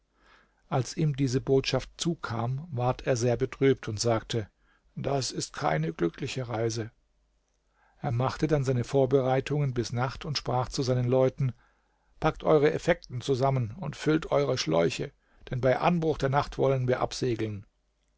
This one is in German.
als ihm diese botschaft zukam ward er sehr betrübt und sagte das ist keine glückliche reise er machte dann seine vorbereitungen bis nacht und sprach zu seinen leuten packt eure effekten zusammen und füllt eure schläuche denn bei anbruch der nacht wollen wir absegeln